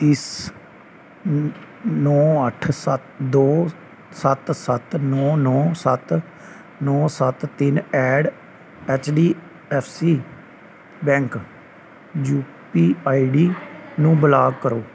ਇਸ ਨੌਂ ਨੌਂ ਅੱਠ ਦੋ ਸੱਤ ਸੱਤ ਨੌਂ ਨੌਂ ਸੱਤ ਨੌਂ ਸੱਤ ਤਿੰਨ at H D F C bank U P ID ਨੂੰ ਬਲਾਕ ਕਰੋ